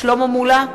שלמה מולה,